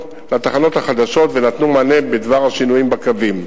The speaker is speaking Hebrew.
החדשות ונתנו מענה בדבר השינויים בקווים.